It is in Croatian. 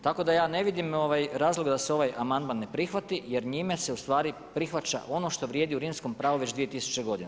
Tako da ja ne vidim razlog da se ovaj amandman ne prihvati, jer njime se u stvari prihvaća ono što vrijedi u rimskom pravu već 2000 godina.